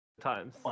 Times